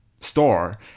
store